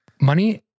money